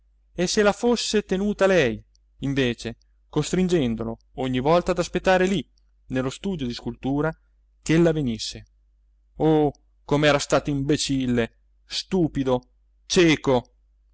e se la fosse tenuta lei invece costringendolo ogni volta ad aspettare lì nello studio di scultura ch'ella venisse oh com'era stato imbecille stupido cieco